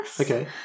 Okay